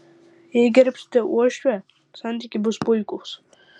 jei gerbsite uošvę santykiai bus puikūs